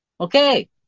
Okay